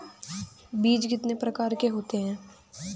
बीज कितने प्रकार के होते हैं?